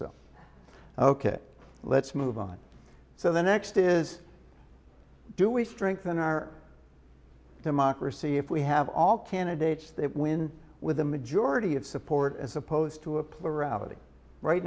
so ok let's move on so the next is do we strengthen our democracy if we have all candidates that win with a majority of support as opposed to a